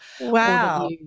wow